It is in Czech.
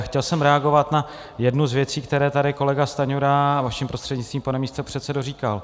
A chtěl jsem reagovat na jednu z věcí, které tady kolega Stanjura vaším prostřednictvím, pane místopředsedo, říkal.